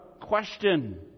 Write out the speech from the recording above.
question